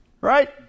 Right